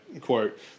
quote